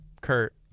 Kurt